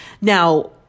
Now